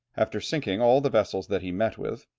after sinking all the vessels that he met with,